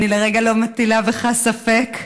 אני לרגע לא מטילה בך ספק,